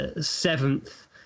seventh